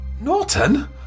norton